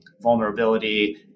vulnerability